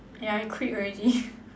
ya I quit already